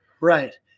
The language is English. Right